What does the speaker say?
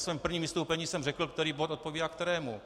Ve svém prvním vystoupení jsem řekl, který bod odpovídá kterému.